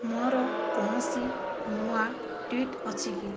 ମୋର କୌଣସି ନୂଆ ଟ୍ୱିଟ୍ ଅଛି କି